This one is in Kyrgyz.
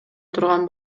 турган